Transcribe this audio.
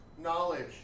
Knowledge